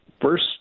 first